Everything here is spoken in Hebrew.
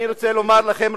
אני רוצה לומר לכם,